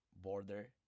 border